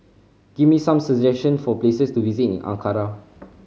give me some suggestion for places to visit in Ankara